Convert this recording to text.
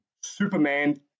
Superman